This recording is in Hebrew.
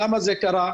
למה זה קרה?